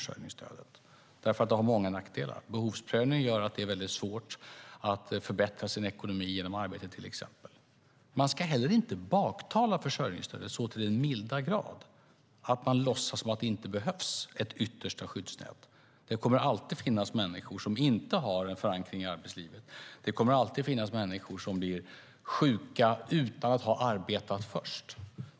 Det har nämligen många nackdelar. Till exempel gör behovsprövningen att det är svårt att förbättra sin ekonomi genom att arbeta. Man ska heller inte baktala försörjningsstödet så till den milda grad att man låtsas som om det inte behövs ett yttersta skyddsnät. Det kommer alltid att finnas människor som inte har en förankring i arbetslivet. Det kommer alltid att finnas människor som blir sjuka utan att först ha arbetat.